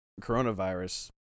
coronavirus